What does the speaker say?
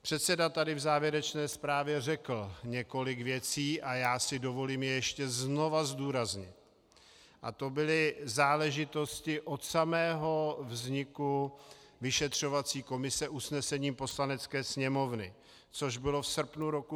Předseda tady v závěrečné zprávě řekl několik věcí a já si dovolím je ještě znova zdůraznit, a to byly záležitosti od samého vzniku vyšetřovací komise usnesením Poslanecké sněmovny, což bylo v srpnu roku 2014.